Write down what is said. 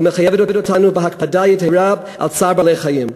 ומחייבת אותנו בהקפדה יתרה על צער בעלי-חיים.